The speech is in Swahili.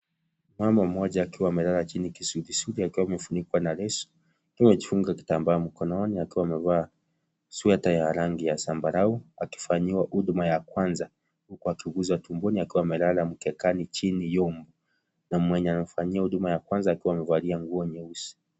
Mama mmoja akiwa amelala chini kisugisugi akiwa maefunikwa na leso, akijifunga kitambaa mkononi akiwa amevaa sweater ya rangi ya sambarau, akifanyiwa huduma ya kwanza, akiguzwa tumboni akiwa amelala mkekani chini yumu, na mwenye anamfanyia huduma ya kwanza akiwa amevalia nguo nyeusi.